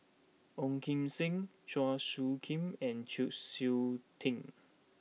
Ong Kim Seng Chua Soo Khim and Chng Seok Tin